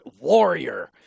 warrior